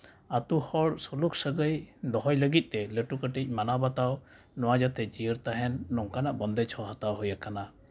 ᱟᱹᱛᱩ ᱦᱚᱲ ᱥᱩᱞᱩᱠ ᱥᱟᱹᱜᱟᱹᱭ ᱫᱚᱦᱚᱭ ᱞᱟᱹᱜᱤᱫ ᱛᱮ ᱞᱟᱹᱴᱩ ᱠᱟᱹᱴᱤᱡ ᱢᱟᱱᱟᱣ ᱵᱟᱛᱟᱟᱣ ᱱᱚᱣᱟ ᱡᱟᱛᱮ ᱡᱤᱭᱟᱹᱲ ᱛᱟᱦᱮᱱ ᱱᱚᱝᱠᱟᱱᱟᱜ ᱵᱚᱱᱫᱮᱡᱽ ᱦᱚᱸ ᱦᱟᱛᱟᱣ ᱦᱩᱭᱟᱠᱟᱱᱟ